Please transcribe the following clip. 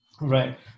right